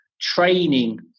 training